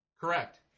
Correct